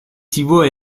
thibault